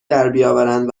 دربیاورند